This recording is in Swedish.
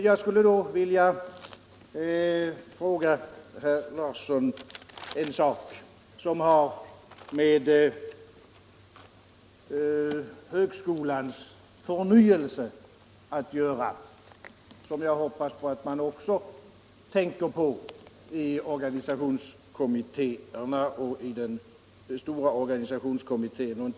Jag skulle till herr Larsson vilja ställa en fråga som har med högskolans förnyelse att göra och som jag hoppas att man också tänker på i organisationskommittéerna och i den stora organisationskommittén.